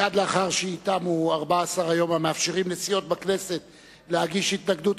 מייד לאחר שייתמו 14 היום המאפשרים לסיעות בכנסת להגיש התנגדות,